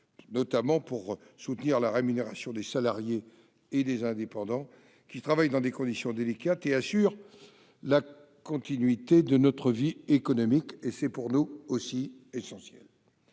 efficace pour soutenir la rémunération des salariés et des indépendants qui travaillent dans des conditions délicates et assurent la continuité de la vie économique. C'est pour nous, aussi, essentiel.